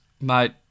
Mate